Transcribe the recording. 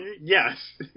Yes